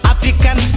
African